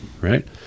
right